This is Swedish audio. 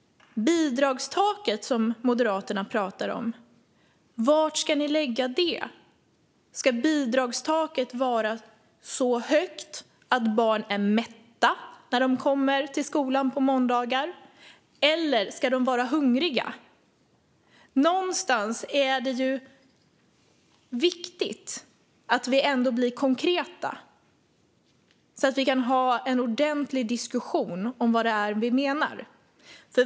Moderaterna pratar om ett bidragstak. Var ska ni lägga det? Ska bidragstaket vara så högt att barnen är mätta när de kommer till skolan på måndagarna, eller ska de vara hungriga? Någonstans är det viktigt att vi blir konkreta så att vi kan ha en ordentlig diskussion om vad vi menar.